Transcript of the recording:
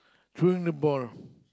throwing the ball